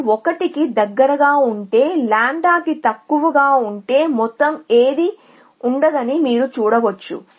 అది 1 కి దగ్గరగా ఉంటే లాంబ్డా తక్కువగా ఉంటే మొత్తం ఏదీ ఉండదని మీరు చూడవచ్చు